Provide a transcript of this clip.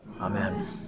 Amen